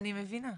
אני מבינה.